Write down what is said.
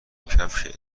کفش